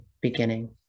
beginning